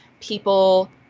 people